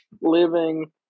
living